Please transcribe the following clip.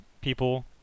people